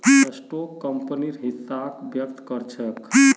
stock कंपनीर हिस्साक व्यक्त कर छेक